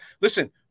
listen